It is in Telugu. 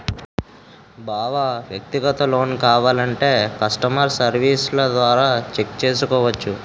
బావా వ్యక్తిగత లోన్ కావాలంటే కష్టమర్ సెర్వీస్ల ద్వారా చెక్ చేసుకోవచ్చు